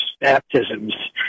baptisms